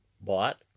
bought